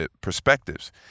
perspectives